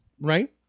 right